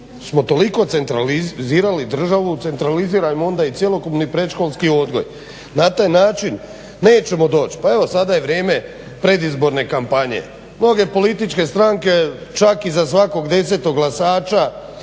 smo toliko centralizirali državu centralizirajmo onda i cjelokupni predškolski odgoj. Na taj način nećemo doći, pa evo sada je vrijeme predizborne kampanje, mnoge političke stranke čak i za svakog desetog glasača